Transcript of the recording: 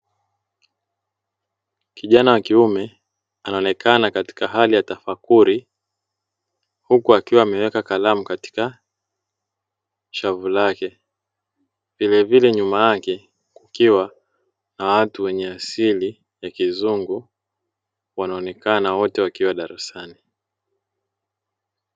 Kijana wa kiume anaonekana katika hali ya tafakuri, huku akiwa ameweka kalamu katika shavu lake. Vilevile nyuma yake kukiwa na watu wenye asili ya kizungu, wanaonekana wote wakiwa darasani.